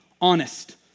honest